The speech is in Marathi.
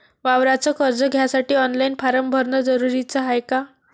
वावराच कर्ज घ्यासाठी ऑनलाईन फारम भरन जरुरीच हाय का?